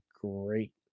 Great